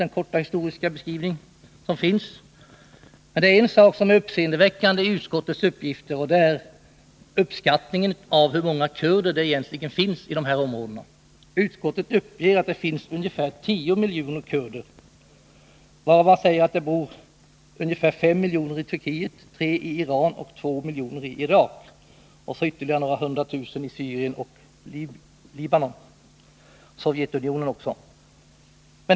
Men det finns en uppseendeväckande uppgift, och det är uppskattningen av hur många kurder det egentligen finns i de här områdena. Utskottet uppger att det finns ungefär 10 miljoner kurder, varav ca 5 miljoner bor i Turkiet, 3 miljoner i Iran, 2 miljoner i Irak och ytterligare några hundra tusen i Syrien, Sovjetunionen och Libanon.